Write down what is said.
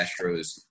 Astros